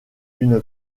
une